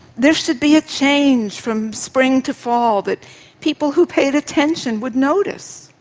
there should be a change from spring to fall that people who paid attention would notice.